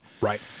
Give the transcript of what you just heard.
right